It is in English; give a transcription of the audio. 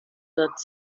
that